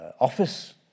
office